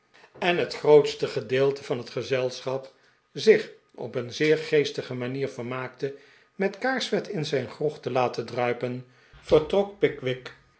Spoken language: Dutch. en het grootste gedeelte van het gezelschap zich op een zeer geestige manier vermaakte met kaarsvet in zijn grog te laten druipen vertrok pickwick